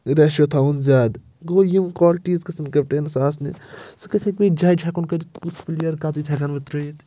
رٮ۪شو تھاوُن زیادٕ گوٚو یِم کالٹیٖز گٔژھن کپٹینس آسنہِ سُہ گژٮ۪کھ بیٚیہِ جج ہٮ۪کُن کٔرِتھ کُس پٕلیر کَتٕتھ ہٮ۪کَن بہٕ ترٛٲیِتھ